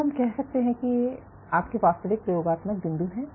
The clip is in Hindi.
तो हम कहते हैं कि ये आपके वास्तविक प्रयोगात्मक बिंदु हैं